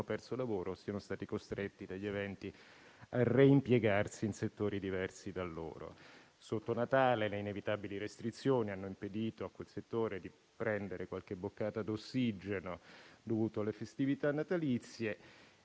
perso il lavoro o siano stati costretti dagli eventi a reimpiegarsi in settori diversi dal loro. Sotto Natale le inevitabili restrizioni hanno impedito a quel settore di prendere qualche boccata d'ossigeno dovuto alle festività natalizie.